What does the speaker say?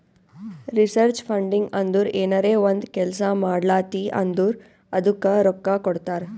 research funding ಅಂದುರ್ ಏನರೇ ಒಂದ್ ಕೆಲ್ಸಾ ಮಾಡ್ಲಾತಿ ಅಂದುರ್ ಅದ್ದುಕ ರೊಕ್ಕಾ ಕೊಡ್ತಾರ್